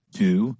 two